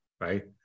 right